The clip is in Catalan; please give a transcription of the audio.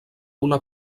una